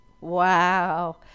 Wow